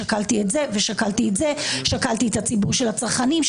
שקלתי את ציבור הצרכנים,